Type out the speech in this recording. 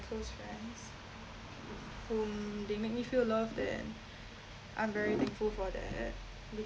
close friends whom they make me feel loved and I'm very thankful for that